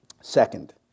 Second